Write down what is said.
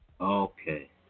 Okay